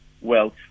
wealth